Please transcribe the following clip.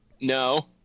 No